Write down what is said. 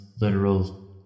literal